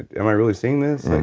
am i really seeing this?